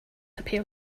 appeal